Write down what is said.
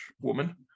woman